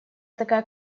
такая